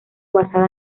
basada